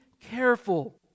careful